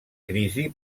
crisi